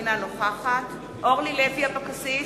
אינה נוכחת אורלי לוי אבקסיס,